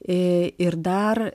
ir dar